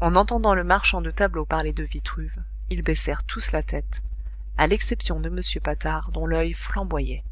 en entendant le marchand de tableaux parler de vitruve ils baissèrent tous la tête à l'exception de m patard dont l'oeil flamboyait